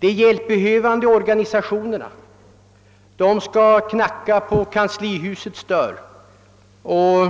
De hjälpbehövande organisationerna skall knacka på kanslihusets dörr och